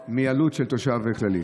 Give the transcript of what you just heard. גבוהה מהעלות של תושב וכללי?